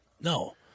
No